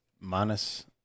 minus